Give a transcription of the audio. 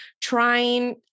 trying